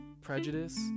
prejudice